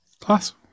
Class